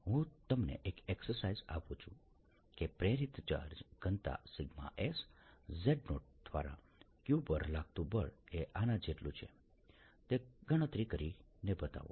હું તમને એક એક્સરસાઇઝ આપું છું કે પ્રેરિત ચાર્જ ઘનતા s|z0 દ્વારા q પર લાગતું બળ એ આના જેટલું છે તે ગણતરી કરીને બતાવો